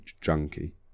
junkie